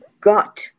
got